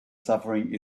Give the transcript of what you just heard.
suffering